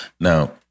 Now